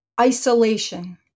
isolation